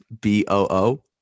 B-O-O